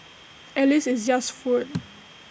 at least it's just food